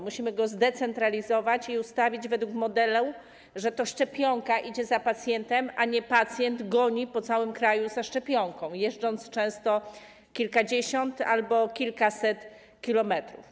Musimy go zdecentralizować i ustawić według modelu, że to szczepionka idzie za pacjentem, a nie pacjent goni po całym kraju za szczepionką, jeżdżąc często kilkadziesiąt albo kilkaset kilometrów.